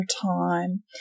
time